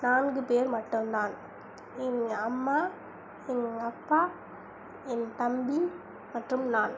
நான்கு பேர் மட்டுந்தான் என் அம்மா எங்கப்பா என் தம்பி மற்றும் நான்